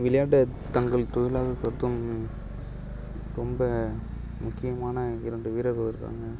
விளையாட்டை தங்கள் தொழிலாக கருதும் ரொம்ப முக்கியமான இரண்டு வீரர்கள் இருக்காங்க